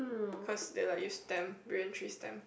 cause they like use stem brilliant three stem